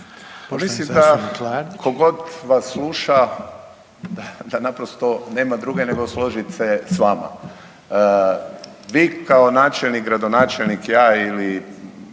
mislim da tko god vas sluša da naprosto nema druge nego složit se sa vama. Vi kao načelnik, gradonačelnik ja ili